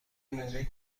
مومی